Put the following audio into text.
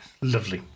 lovely